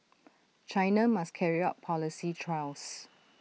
China must carry out policy trials